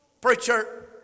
preacher